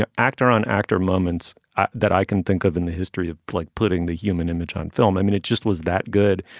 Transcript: ah actor on actor moments that i can think of in the history of like putting the human image on film i mean it just was that good.